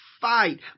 fight